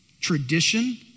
tradition